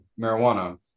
marijuana